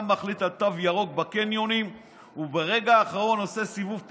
אתה מחליט על תו ירוק בקניונים וברגע האחרון עושה סיבוב פרסה,